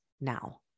now